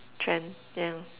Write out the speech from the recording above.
trend yeah